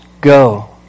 go